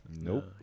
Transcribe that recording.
Nope